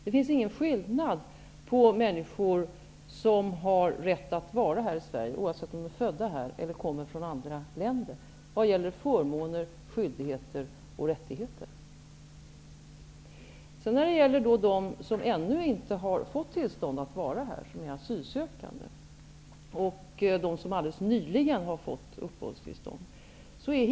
Det finns ingen skillnad mellan människor som har rätt att vara här i Sverige vad gäller förmåner, skyldigheter och rättigheter, oavsett om de är födda här eller kommer från andra länder. Vi inriktar oss på att försöka ta bort den passivisering som vi tidigare har haft bland dem som ännu inte har fått tillstånd att vara här -- de asylsökande -- och dem som alldeles nyligen har fått uppehållstillstånd.